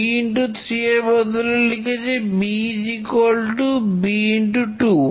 b into 3 এর বদলে লিখেছে b is equal to b into 2